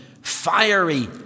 fiery